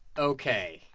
ok